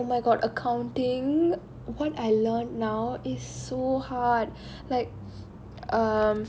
how does he oh my god accounting what I learn now is so hard like I'm